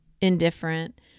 indifferent